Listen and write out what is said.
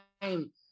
time